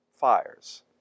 fires